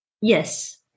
Yes